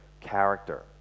character